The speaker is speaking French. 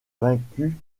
vaincu